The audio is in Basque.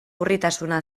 urritasuna